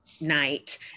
night